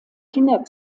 kinder